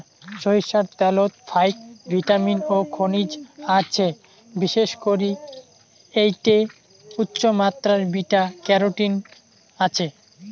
সইরষার ত্যালত ফাইক ভিটামিন ও খনিজ আছে, বিশেষ করি এ্যাইটে উচ্চমাত্রার বিটা ক্যারোটিন আছে